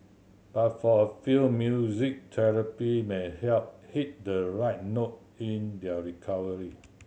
but for a few music therapy may help hit the right note in their recovery